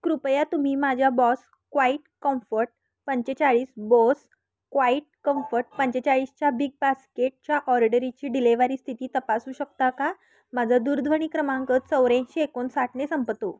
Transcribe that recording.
कृपया तुम्ही माझ्या बॉस क्वाईट कम्फर्ट पंचेचाळीस बॉस क्वाईट कम्फर्ट पंचेचाळीसच्या बिग बास्केटच्या ऑर्डरीची डिलिवीरी स्थिती तपासू शकता का माझा दूरध्वनी क्रमांक चौऱ्याऐंशी एकोणसाठने संपतो